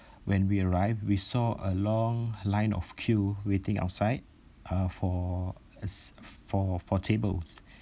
when we arrived we saw a long line of queue waiting outside uh for as for for tables